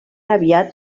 aviat